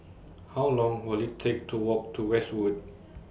How Long Will IT Take to Walk to Westwood